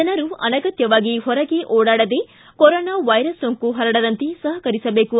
ಜನರು ಅನಗತ್ತವಾಗಿ ಹೊರಗೆ ಓಡಾಡದೇ ಕೊರೊನಾ ವೈರಸ್ ಸೋಂಕು ಪರಡದಂತೆ ಸಹಕರಿಸಬೇಕು